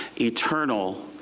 eternal